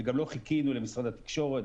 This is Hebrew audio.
וגם לא חיכינו למשרד התקשורת,